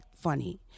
funny